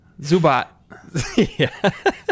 Zubat